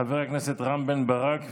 חבר הכנסת רם בן ברק,